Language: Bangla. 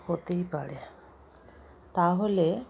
হতেই পারে তাহলে